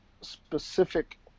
specific